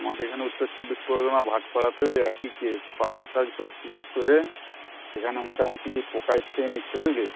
আমাদের এখানে উত্তর চব্বিশ পরগনা ভাটপাড়াতেও ওই একই কেস পালং শাক সবজি চাষ করে এখানে মোটা মুটি পোকায় খেয়ে নিচ্ছে বুঝলি